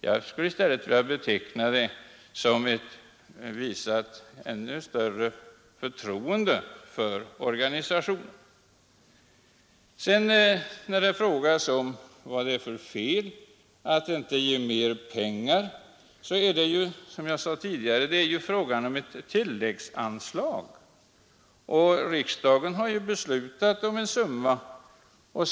Jag skulle i stället vilja beteckna detta som att man visat organisationen ännu större förtroerde. Som jag tidigare sade är det här fråga om ett tilläggsanslag. Riksdagen har ju tidigare beslutat om ett visst anslagsbelopp.